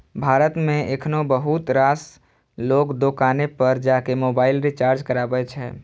भारत मे एखनो बहुत रास लोग दोकाने पर जाके मोबाइल रिचार्ज कराबै छै